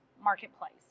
marketplace